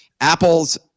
apples